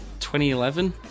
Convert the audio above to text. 2011